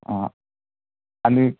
हां आणि